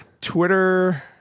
Twitter